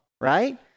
right